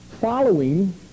following